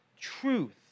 truth